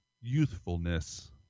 youthfulness